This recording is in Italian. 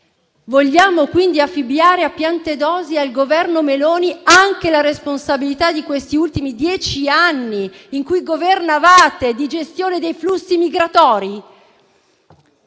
Vogliamo quindi affibbiare a Piantedosi e al Governo Meloni anche la responsabilità degli ultimi dieci anni, in cui governavate, di gestione dei flussi migratori?